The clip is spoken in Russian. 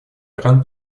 иран